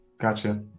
gotcha